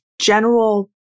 general